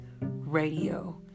Radio